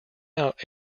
out